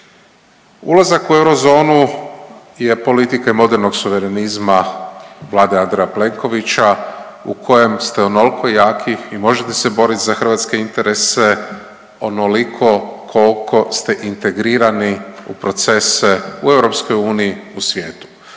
Ulazak u eurozonu je politika modernog suverenizma vlade Andreja Plenkovića u kojem ste onoliko jaki i možete se boriti za hrvatske interese onoliko koliko ste integrirani u procese u EU, u svijetu.